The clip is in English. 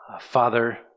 Father